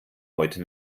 heute